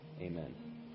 Amen